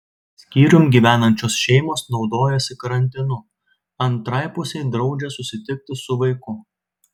skyrium gyvenančios šeimos naudojasi karantinu antrai pusei draudžia susitikti su vaiku